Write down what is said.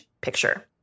picture